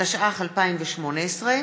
התשע"ח 2018,